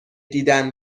دیدن